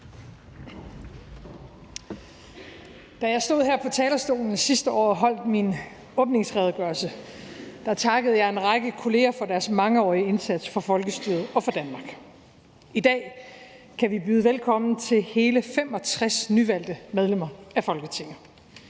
Da jeg stod her på talerstolen sidste år og holdt min åbningsredegørelse, takkede jeg en række kolleger for deres mangeårige indsats for folkestyret og for Danmark. I dag kan vi byde velkommen til hele 65 nyvalgte medlemmer af Folketinget.